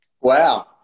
Wow